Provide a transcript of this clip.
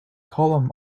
column